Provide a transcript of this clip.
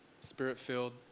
spirit-filled